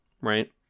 right